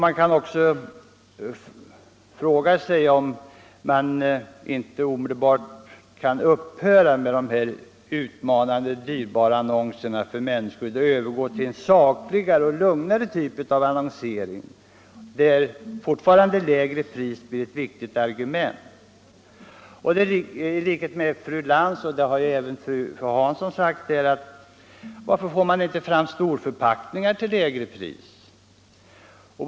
Man kan vidare fråga sig om företaget inte omedelbart skulle kunna upphöra med dessa utmanande dyrbara annonser för mensskydd och övergå till en sakligare och lugnare typ av annonsering, där fortfarande lägre pris blir ett viktigt argument. Jag frågar i likhet med fru Lantz och fru Hansson: Varför får vi inte fram storförpackningar till lägre pris?